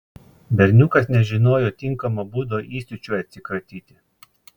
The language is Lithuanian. berniukas nežinojo tinkamo būdo įsiūčiui atsikratyti